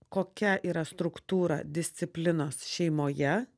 kokia yra struktūra disciplinos šeimoje